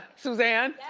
suzanne?